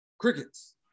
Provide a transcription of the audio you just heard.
Crickets